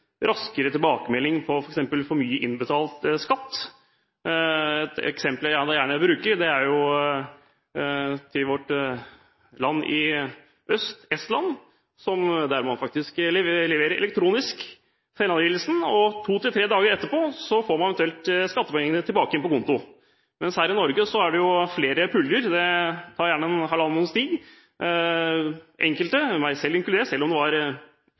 raskere tilbakemelding når det gjelder f.eks. for mye innbetalt skatt. Et eksempel jeg gjerne bruker, er vårt naboland i øst, Estland, der man faktisk leverer elektronisk selvangivelse, og to– tre dager etterpå får man eventuelt skattepenger tilbake igjen på konto. Her i Norge går jo dette i flere puljer, og det tar gjerne halvannen måneds tid. Enkelte – meg selv inkludert, og selv om det var